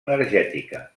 energètica